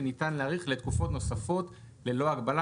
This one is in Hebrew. וניתן להאריך לתקופות נוספות ללא הגבלה.